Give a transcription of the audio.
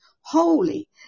holy